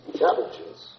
challenges